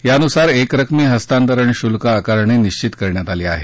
यानुसार एकरकमी हस्तांतरण शुल्क आकारणी निश्वित करण्यात आली आहे